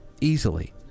easily